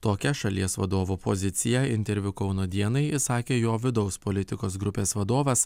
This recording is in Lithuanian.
tokią šalies vadovo poziciją interviu kauno dienai išsakė jo vidaus politikos grupės vadovas